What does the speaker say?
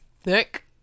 thick